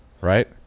right